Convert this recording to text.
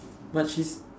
but she